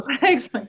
thanks